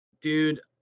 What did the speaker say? Dude